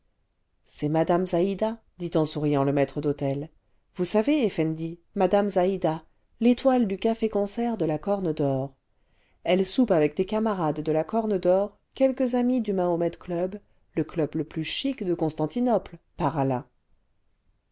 c'est mme zaïda dit en souriant le maître d'hôtel vous savez effendi mme zaïda l'étoile du café-concert de la corne d'or elle soupe avec des camarades de la corne d'or quelques amis du mahomet club le club le plus chic de constantinople par allah